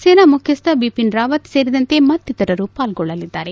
ಸೇನಾ ಮುಖ್ಯಸ್ತ ಬಿಪಿನ್ ರಾವತ್ ಸೇರಿದಂತೆ ಮತ್ತಿತರರು ಪಾಲ್ಗೊಳ್ಳಲಿದ್ದಾರೆ